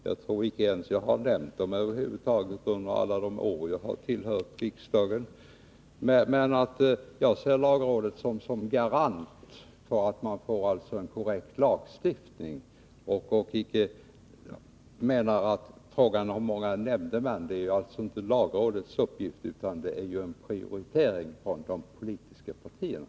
Jag har under alla de år som jag tillhört riksdagen över huvud taget inte nämnt det. Jag ser lagrådet som garant för att vi får en korrekt lagstiftning. Det är inte lagrådets uppgift att ta ställning till hur många nämndemän det skall vara, utan det är en prioritering från de politiska partierna.